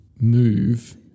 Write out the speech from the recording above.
move